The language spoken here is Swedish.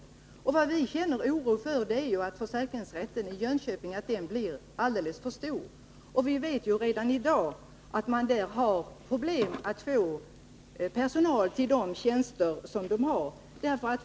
Vad vi reservanter känner oro för är att försäkringsrätten i Jönköping blir alldeles för stor. Vi vet att man där redan i dag har problem att få personal till de tjänster som man tilldelats.